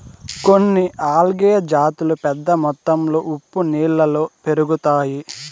కొన్ని ఆల్గే జాతులు పెద్ద మొత్తంలో ఉప్పు నీళ్ళలో పెరుగుతాయి